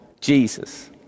Jesus